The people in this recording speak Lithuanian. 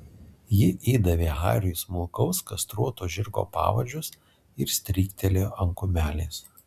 ji įdavė hariui smulkaus kastruoto žirgo pavadžius ir stryktelėjo ant kumelės